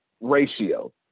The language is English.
ratio